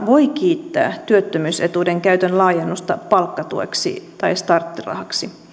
voi kiittää työttömyysetuuden käytön laajennusta palkkatueksi tai starttirahaksi